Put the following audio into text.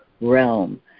realm